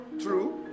true